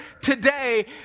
today